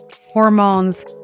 hormones